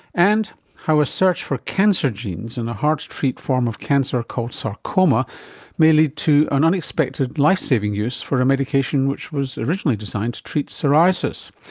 and how a search for cancer genes in a hard to treat form of cancer called sarcoma may lead to an unexpected life-saving use for a medication which was originally designed to treat psoriasis.